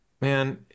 man